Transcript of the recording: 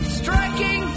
striking